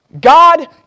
God